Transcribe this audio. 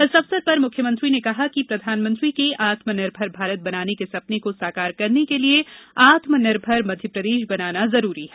इस अवसर पर मुख्यमंत्री ने कहा कि प्रधानमंत्री के आत्मनिर्भर भारत बनाने के सपने को साकार करने के लिये आत्मनिर्भर मध्यप्रदेश बनाना जरूरी है